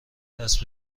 دست